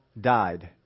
died